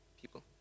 people